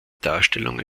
darstellung